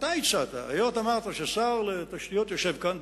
אתה הצעת ואמרת שהיות ששר התשתיות יושב כאן,